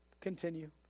Continue